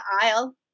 aisle